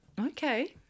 Okay